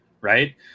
Right